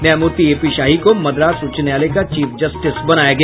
न्यायमूर्ति A P Shahi Madras उच्च न्यायालय का चीफ जस्टिस बनाया गया